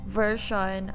version